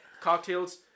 Cocktails